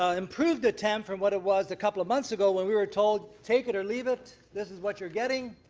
ah improved attempt from what it was a couple um months ago where we were told take it or leave it, this is what you're getting,